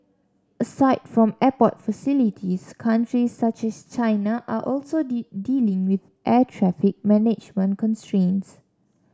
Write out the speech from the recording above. aside from airport facilities countries such as China are also dealing with air traffic management constraints